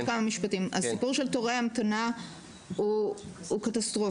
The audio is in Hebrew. ב --- הסיפור של תורי ההמתנה הוא קטסטרופה.